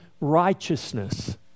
righteousness